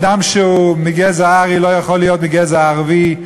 אדם שהוא מגזע ארי לא יכול להיות מגזע ערבי,